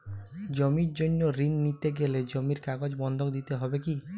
জমির জন্য ঋন নিতে গেলে জমির কাগজ বন্ধক দিতে হবে কি?